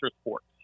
sports